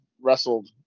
wrestled